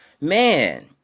man